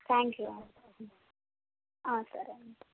thank you అండి సరే అండి